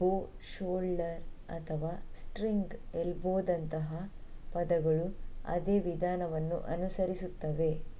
ಬೋ ಶೋಲ್ಡರ್ ಅಥವಾ ಸ್ಟ್ರಿಂಗ್ ಎಲ್ಬೋದಂತಹ ಪದಗಳು ಅದೇ ವಿಧಾನವನ್ನು ಅನುಸರಿಸುತ್ತವೆ